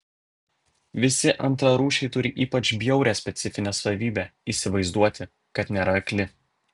visi antrarūšiai turi ypač bjaurią specifinę savybę įsivaizduoti kad nėra akli